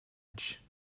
edge